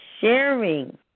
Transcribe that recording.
sharing